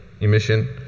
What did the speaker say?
emission